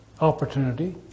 opportunity